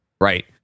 right